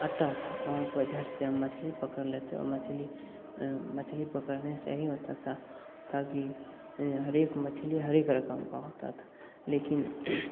आता था वहाँ पर झट से हम मछली पकड़ लेते और मछली मछली पकड़ने से ये होता था ताकि हर एक मछली हर एक रकम का होता था लेकिन